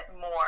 more